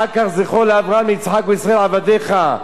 אחר כך "זכֹר לאברהם ליצחק ולישראל עבדיך",